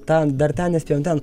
ten dar ten nespėjom ten